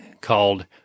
called